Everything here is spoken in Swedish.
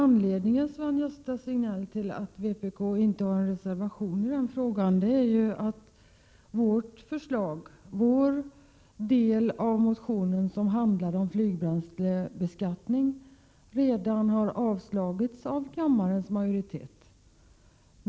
Anledningen, Sven-Gösta Signell, till att vpk inte har en reservation i den frågan är att den del av vår motion som behandlar flygbränslebeskattning redan har avslagits av kammarens majoritet.